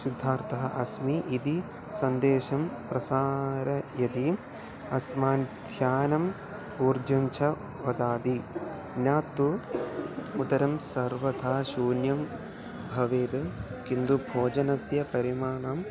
शुद्धार्थः अस्मि इति सन्देशं प्रसारयति अस्मान् ध्यानम् ऊर्जा च वदति न तु उदरं सर्वथा शून्यं भवेद् किन्तु भोजनस्य परिमाणं